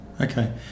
Okay